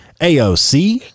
AOC